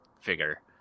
figure